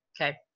Okay